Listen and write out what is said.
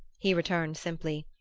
he returned simply.